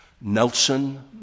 Nelson